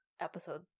episode